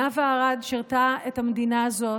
נאוה ארד שירתה את המדינה הזאת,